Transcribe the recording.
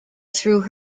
through